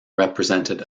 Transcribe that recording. represented